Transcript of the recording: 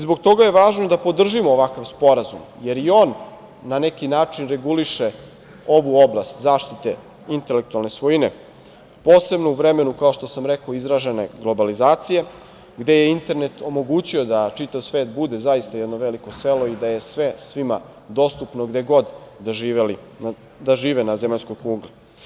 Zbog toga je važno da podržimo ovakav Sporazum, jer i on na neki način reguliše ovu oblast zaštite intelektualne svojine posebno u vremenu kao što sam rekao izražene globalizacije, gde je internet omogućio da čitav svet bude zaista jedno veliko selo i da je sve svima dostupno gde god da žive na zemaljskoj kugli.